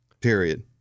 Period